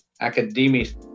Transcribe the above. academies